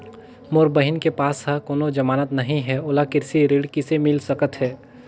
मोर बहिन के पास ह कोनो जमानत नहीं हे, ओला कृषि ऋण किसे मिल सकत हे?